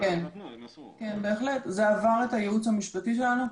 --- זה עבר את הייעוץ המשפטי שלנו.